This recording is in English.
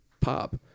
pop